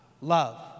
love